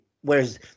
whereas